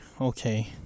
okay